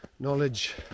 Knowledge